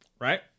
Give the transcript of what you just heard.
Right